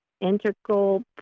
integral